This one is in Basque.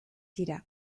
tira